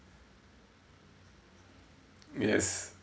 yes